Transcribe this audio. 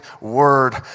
word